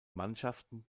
mannschaften